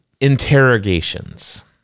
Interrogations